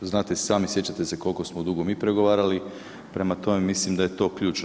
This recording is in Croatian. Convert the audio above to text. Znate i sami, sjećate se koliko smo dugo mi pregovarali, prema tome mislim da je to ključno.